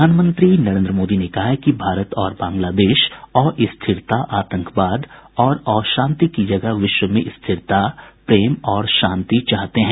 प्रधानमंत्री नरेन्द्र मोदी ने कहा है कि भारत और बांग्लादेश अस्थिरता आतंकवाद और अशांति की जगह विश्व में स्थिरता प्रेम और शांति चाहते हैं